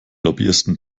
lobbyisten